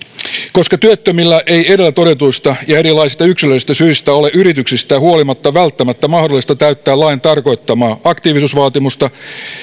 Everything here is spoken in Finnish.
koska työttömillä ei edellä todetuista ja erilaisista yksilöllisistä syistä ole yrityksistään huolimatta välttämättä mahdollista täyttää lain tarkoittamaa aktiivisuusvaatimusta